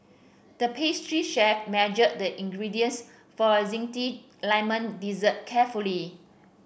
the pastry chef measured the ingredients for a zesty lemon dessert carefully